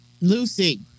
Lucy